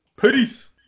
Peace